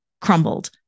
crumbled